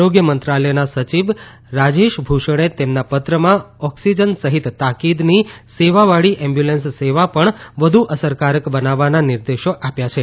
આરોગ્ય મંત્રાલયના સચિવ રાજેશ ભુષણે તેમના પત્રમાં ઓકસીજન સહિત તાકીદની સેવાવાળી એમ્બ્યુલન્સ સેવા પણ વધુ અસરકારક બનાવવાના નિર્દેશો આપ્યા છે